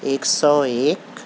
ایک سو ایک